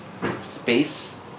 space